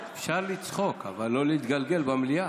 אפשר לצחוק אבל לא להתגלגל במליאה.